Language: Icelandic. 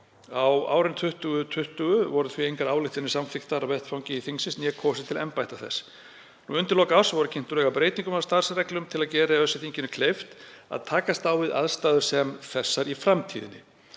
Á árinu 2020 voru því engar ályktanir samþykktar á vettvangi þingsins eða kosið til embætta þess. Undir lok árs voru kynnt drög að breytingum á starfsreglum til að gera ÖSE-þinginu kleift að takast á við aðstæður sem þessar í framtíðinni.